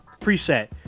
preset